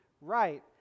right